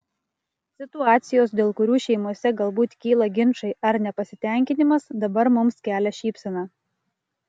situacijos dėl kurių šeimose galbūt kyla ginčai ar nepasitenkinimas dabar mums kelia šypseną